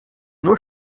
nur